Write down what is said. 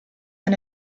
and